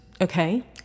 okay